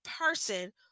person